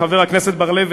חבר הכנסת בר-לב,